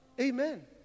Amen